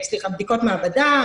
בדיקות מעבדה,